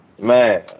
man